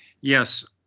yes